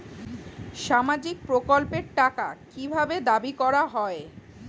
সামাজিক প্রকল্পের টাকা কি ভাবে দাবি করা হয়?